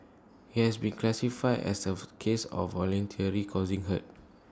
he has been classified as of case of voluntarily causing hurt